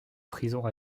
prison